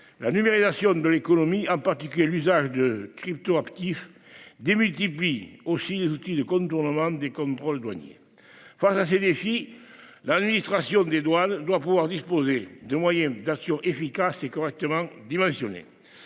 la numérisation de l'économie, en particulier l'usage de cryptoactifs démultiplie aussi les outils de contournement des contrôles douaniers. Face à ces défis, l'administration des douanes doit pouvoir disposer de moyens d'action efficace et correctement dimensionné.